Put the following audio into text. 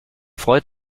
freut